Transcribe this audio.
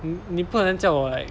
你你不可能叫我 like